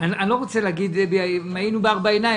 אני לא רוצה להגיד אם היינו בארבע עיניים